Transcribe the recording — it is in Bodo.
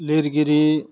लिरगिरि